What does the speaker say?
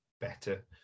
better